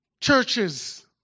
Churches